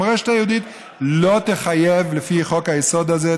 המורשת היהודית לא תחייב לפי חוק-היסוד הזה.